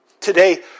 Today